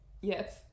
Yes